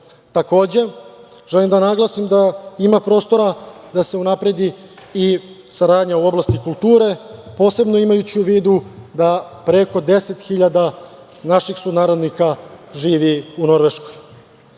razvoja. Takođe, želim da naglasim da ima prostora da se unapredi i saradnja u oblasti kulture, posebno imajući u vidu da preko 10.000 naših sunarodnika živi u Norveškoj. Na